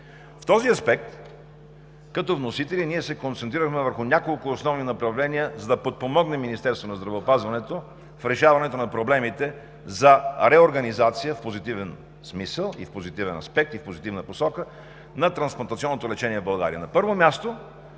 В този аспект като вносители ние се концентрираме върху няколко основни направления, за да подпомогнем Министерството на здравеопазването в решаването на проблемите за реорганизация – в позитивен смисъл, и в позитивен аспект, и в позитивна посока, на трансплантационното лечение в България.